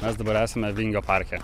mes dabar esame vingio parke